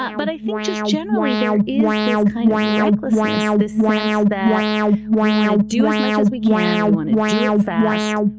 but but i think just generally there is this kind of recklessness, this sense that we want to do as much as we can. we want to do it fast.